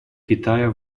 китая